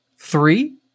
three